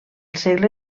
segle